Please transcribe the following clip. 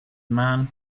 man